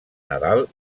nadal